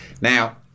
Now